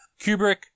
Kubrick